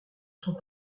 sont